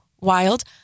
wild